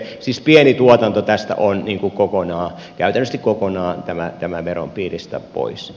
siis pieni tuotanto on kokonaan käytännössä kokonaan tämän veron piiristä pois